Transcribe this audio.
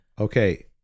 Okay